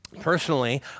Personally